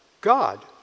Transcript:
God